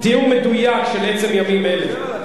קראתי אותך לסדר,